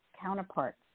counterparts